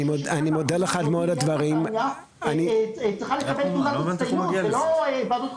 עיריית נתניה צריכה לקבל תעודת הצטיינות ולא ועדת חקירה.